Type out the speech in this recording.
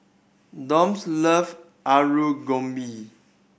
Donte love Alu Gobi